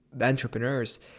entrepreneurs